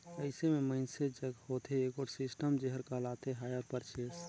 अइसे में मइनसे जग होथे एगोट सिस्टम जेहर कहलाथे हायर परचेस